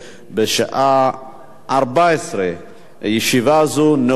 בשעה 14:00. ישיבה זו נעולה.